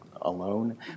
alone